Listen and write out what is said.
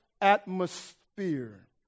atmosphere